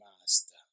Master